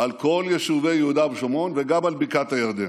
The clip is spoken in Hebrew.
על כל יישובי יהודה ושומרון וגם על בקעת הירדן.